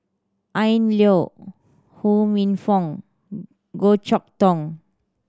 Ian Loy Ho Minfong Goh Chok Tong